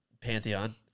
pantheon